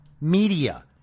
media